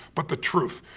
but the truth.